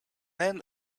then